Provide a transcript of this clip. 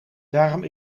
daarom